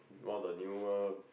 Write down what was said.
one of the newer